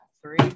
Three